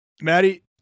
Maddie